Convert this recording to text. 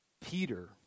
Peter